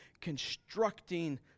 constructing